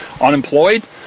unemployed